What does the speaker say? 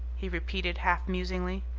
he repeated half-musingly.